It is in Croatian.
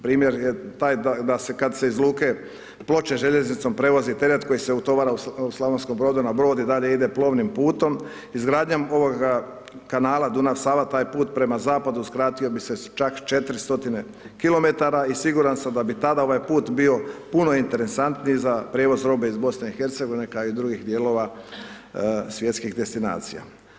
Primjer je taj da kada se iz luke Ploče željeznicom prevozi teret koji se utovara u Slavonskom Brodu na brod i dalje ide plovnim putem, izgradnjom ovoga kanala Dunav-Sava taj put prema zapadu skratio bi se čak 400 kilometara i siguran sam da bi tada ovaj put bio puno interesantniji za prijevoz robe iz Bosne i Hercegovine, kao i drugih dijelova svjetskih destinacija.